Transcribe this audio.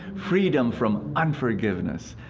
freedom from unforgiveness,